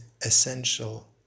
essential